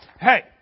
Hey